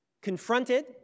confronted